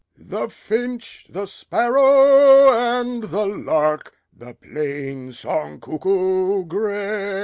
the finch, the sparrow, and the lark, the plain-song cuckoo grey,